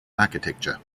architecture